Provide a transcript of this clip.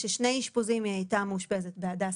זאת אומרת בהיבט של בן האדם